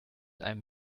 einem